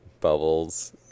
Bubbles